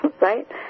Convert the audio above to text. right